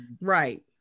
right